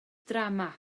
drama